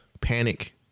panic